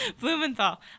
Blumenthal